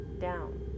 down